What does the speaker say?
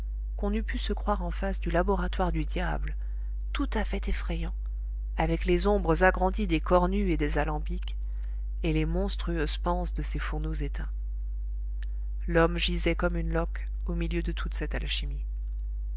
qu'on eût pu se croire en face du laboratoire du diable tout à fait effrayant avec les ombres agrandies des cornues et des alambics et les monstrueuses panses de ses fourneaux éteints l'homme gisait comme une loque au milieu de toute cette alchimie